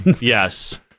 Yes